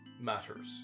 matters